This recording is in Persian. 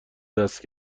دست